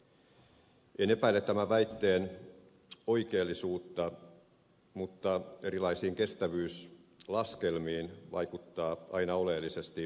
en epäile tämän väitteen oikeellisuutta mutta erilaisiin kestävyyslaskelmiin vaikuttavat aina oleellisesti taustaoletukset